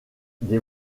des